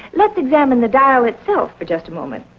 let's examine the dial itself just a moment.